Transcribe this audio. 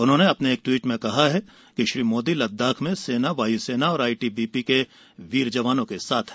उन्होंने ट्वीट कर कहा है कि श्री मोदी लद्दाख में सेना वायुसेना और आईटीबीपी के वीर जवानों के साथ हैं